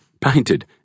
painted